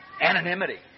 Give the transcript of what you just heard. Anonymity